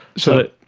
so